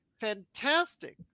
fantastic